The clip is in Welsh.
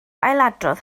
ailadrodd